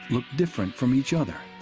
looked different from each other.